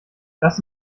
lasst